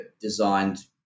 designed